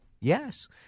Yes